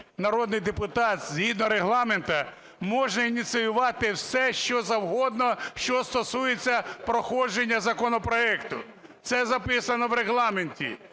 народний депутат згідно Регламенту може ініціювати все, що завгодно, що стосується проходження законопроекту. Це записано в Регламенті,